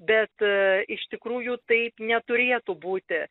bet iš tikrųjų taip neturėtų būti